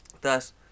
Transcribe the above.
Thus